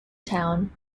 town